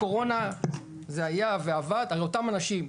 הלכה למעשה בקורונה זה היה ועבד על אותם אנשים,